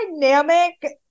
dynamic